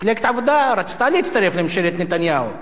מפלגת העבודה רצתה להצטרף לממשלת נתניהו.